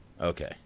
okay